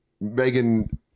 Megan